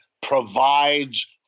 provides